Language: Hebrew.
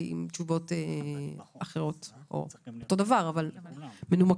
עם תשובות אחרות או אותן תשובות אבל מנומקות.